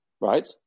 right